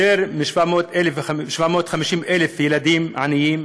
יותר מ-750,000 ילדים עניים,